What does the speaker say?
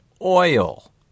oil